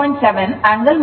ಆದ್ದರಿಂದ ಇದು 44